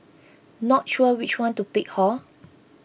not sure which one to pick hor